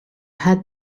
had